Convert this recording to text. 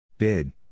Bid